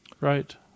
right